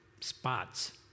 spots